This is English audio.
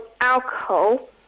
alcohol